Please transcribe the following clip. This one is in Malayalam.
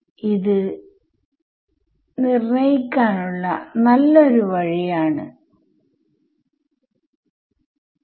എനിക്ക് ഇത് ഒഴിവാക്കാൻ കഴിയും ഇത് പ്ലസ് ഹയർ ഓർഡർ ടെർമുകൾ ആണ്